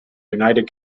united